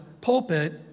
pulpit